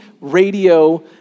radio